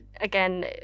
again